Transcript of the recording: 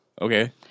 Okay